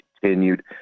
continued